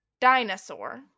dinosaur